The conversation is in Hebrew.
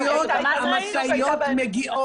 המשאיות.